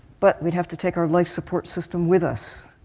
but we'd have to take our life support system with us,